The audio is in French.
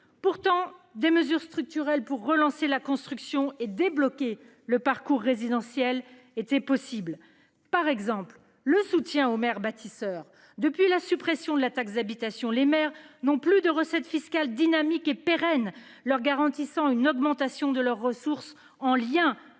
Pourtant, des mesures structurelles pour relancer la construction et débloquer le parcours résidentiel étaient possibles. Je pense par exemple au soutien aux maires bâtisseurs. Depuis la suppression de la taxe d'habitation, les maires n'ont plus de recettes fiscales dynamiques et pérennes leur garantissant une augmentation de leurs ressources, en lien avec la